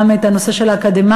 גם את הנושא של האקדמאים,